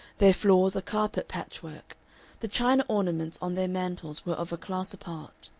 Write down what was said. their floors a carpet patchwork the china ornaments on their mantels were of a class apart.